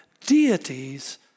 deities